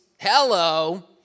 hello